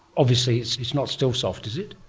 obviously it's it's not still soft, is it?